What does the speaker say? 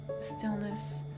stillness